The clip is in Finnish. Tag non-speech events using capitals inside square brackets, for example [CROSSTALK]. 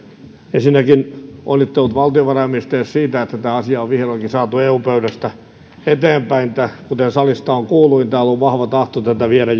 ensinnäkin onnittelut valtiovarainministerille siitä että tämä asia on vihdoinkin saatu eu pöydästä eteenpäin kuten salista on kuultu niin täällä on jo pidempään ollut vahva tahto tätä viedä [UNINTELLIGIBLE]